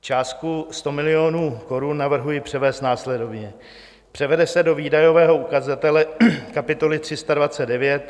Částku 100 milionů korun navrhuji převést následovně: převede se do výdajového ukazatele kapitoly 329